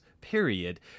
period